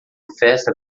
festa